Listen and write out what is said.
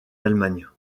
allemagne